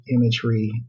imagery